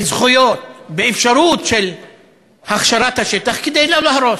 בזכויות, באפשרות של הכשרת השטח כדי שלא להרוס.